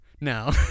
No